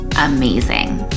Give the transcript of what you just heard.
amazing